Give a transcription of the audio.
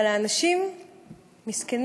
אבל האנשים מסכנים,